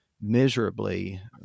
miserably